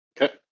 Okay